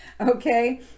Okay